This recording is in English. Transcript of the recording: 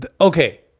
Okay